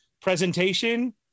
Presentation